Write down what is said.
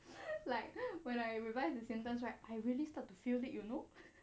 like when I revised the sentence right I really start to feel it you know